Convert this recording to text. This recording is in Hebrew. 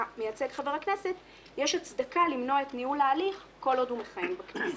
מייצג חבר הכנסת יש הצדקה למנוע את ניהול ההליך כל עוד הוא מכהן בכנסת.